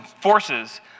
forces